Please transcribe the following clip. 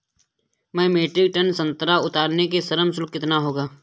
एक metric ton संतरा उतारने का श्रम शुल्क कितना होगा?